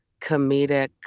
comedic